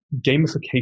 Gamification